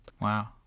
Wow